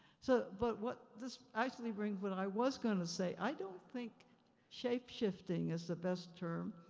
so, but what, this actually brings what i was gonna say, i don't think shapeshifting is the best term,